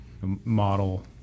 Model